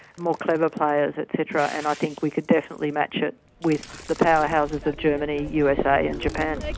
more clever players, et cetera, and i think we could definitely match it with the powerhouses of germany, usa and japan. like